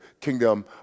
kingdom